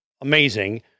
amazing